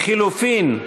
לחלופין,